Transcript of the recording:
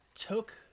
took